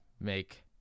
make